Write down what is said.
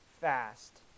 fast